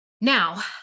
Now